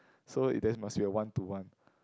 so it then must be a one to one